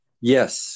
Yes